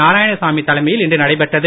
நாராயணசாமி தலைமையில் இன்று நடைபெற்றது